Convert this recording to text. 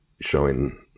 showing